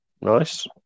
Nice